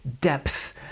depth